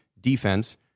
defense